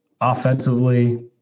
offensively